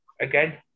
again